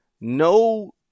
no